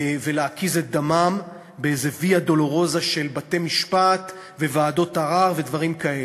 ולהקיז את דמם באיזו ויה-דולורוזה של בתי-משפט וועדות ערר ודברים כאלה.